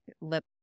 lip